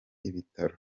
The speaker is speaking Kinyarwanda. ibitaro